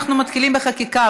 אנחנו מתחילים בחקיקה,